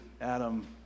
Adam